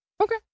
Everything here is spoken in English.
okay